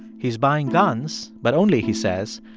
he's buying guns but only, he says,